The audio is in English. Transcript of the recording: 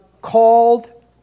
called